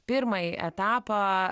pirmąjį etapą